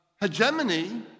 hegemony